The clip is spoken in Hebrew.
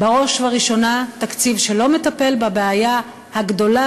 בראש ובראשונה תקציב שלא מטפל בבעיה הגדולה